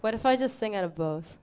what if i just sing out of both